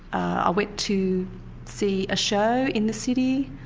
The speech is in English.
i went to see a show in the city,